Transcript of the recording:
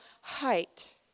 height